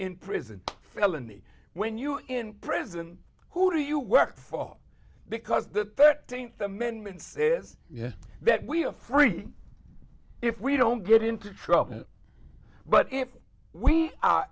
in prison felony when you are in prison who do you work for because the thirteenth amendment says that we are free if we don't get into trouble but if we a